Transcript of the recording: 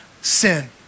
sin